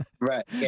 right